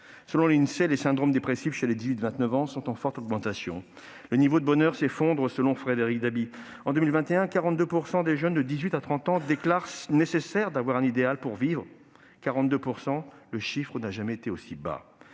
Selon l'Insee, les syndromes dépressifs chez les 18-29 ans sont en forte augmentation. Le niveau de bonheur s'effondre, selon Frédéric Dabi. En 2021, 42 % des jeunes de 18 à 30 ans déclarent nécessaire d'avoir un idéal pour vivre : ce chiffre n'a jamais été aussi bas